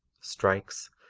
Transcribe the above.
strikes,